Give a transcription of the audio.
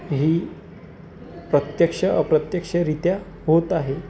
ही प्रत्यक्ष अप्रत्यक्षरित्या होत आहे